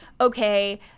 okay